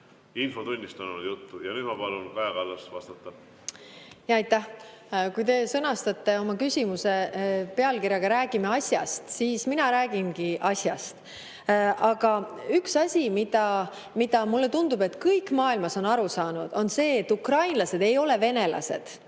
Infotunnist on olnud juttu. Nüüd ma palun Kaja Kallasel vastata. Aitäh! Kui te sõnastate oma küsimuse pealkirjaga "Räägime asjast", siis mina räägingi asjast. Aga üks asi, millest, mulle tundub, kõik maailmas on aru saanud, on see, et ukrainlased ei ole venelased.